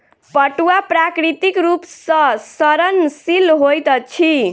पटुआ प्राकृतिक रूप सॅ सड़नशील होइत अछि